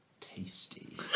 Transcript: tasty